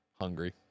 hungry